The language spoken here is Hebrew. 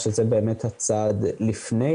שזה באמת הצעד לפני